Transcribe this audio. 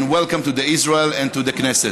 and welcome to Israel and to the Knesset.